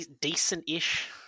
decent-ish